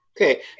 Okay